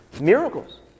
miracles